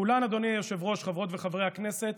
כולן, אדוני היושב-ראש, חברות וחברי הכנסת,